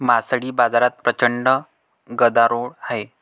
मासळी बाजारात प्रचंड गदारोळ आहे